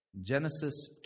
Genesis